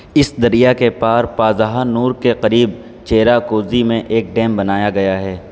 اس دریا کے پار پازہا نور کے قریب چیراکوزی میں ایک ڈیم بنایا گیا ہے